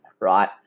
right